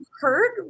heard